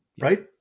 Right